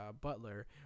Butler